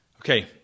Okay